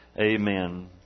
Amen